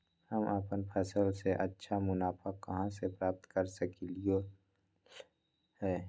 हम अपन फसल से अच्छा मुनाफा कहाँ से प्राप्त कर सकलियै ह?